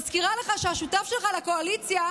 מזכירה לך שהשותף שלך לקואליציה,